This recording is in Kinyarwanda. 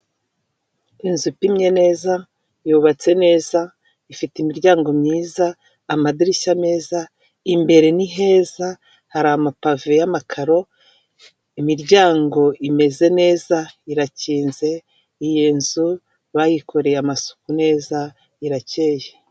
Inzu ipimye neza, yubatse neza, ifite imiryango myiza, amadirishya meza, imbere ni heza, hari amapave y'amakaro, imiryango imeze neza irakinze, iyo nzu bayikoreye amasuku neza irakeye.